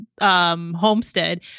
Homestead